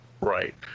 right